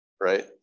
right